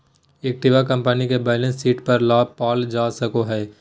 equity company के balance sheet पर पाल जा सको हइ